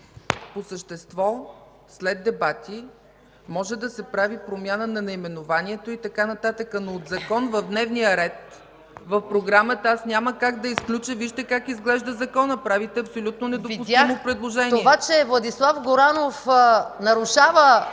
По същество след дебати може да се прави промяна на наименованието, но от закон в дневния ред в програмата аз няма как да изключа... Вижте как изглежда законът. Правите абсолютно недопустимо предложение. МАЯ МАНОЛОВА: Видях. Това, че Владислав Горанов е нарушил